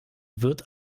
wird